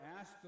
ask